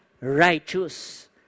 righteous